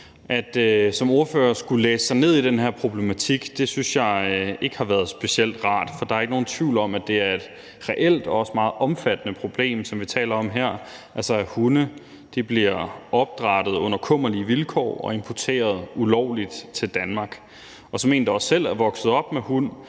rart som ordfører at skulle læse sig ned i den her problematik, for der er ikke nogen tvivl om, at det er et reelt og også meget omfattende problem, vi taler om: at hunde bliver opdrættet under kummerlige vilkår og importeret ulovligt til Danmark. Som en, der selv er vokset op med hund,